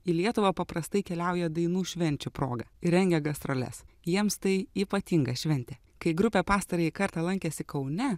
į lietuvą paprastai keliauja dainų švenčių proga ir rengia gastroles jiems tai ypatinga šventė kai grupė pastarąjį kartą lankėsi kaune